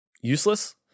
useless